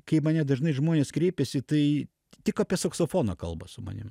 kaip mane dažnai žmonės kreipiasi tai tik apie saksofoną kalba su manim